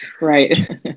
Right